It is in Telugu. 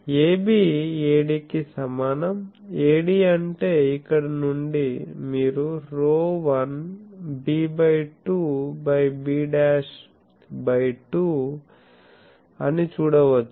AB AD కి సమానం AD అంటే ఇక్కడ నుండి మీరు ρ1b బై 2 b' బై 2 అని చూడవచ్చు